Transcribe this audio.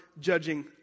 judging